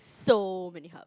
so many hub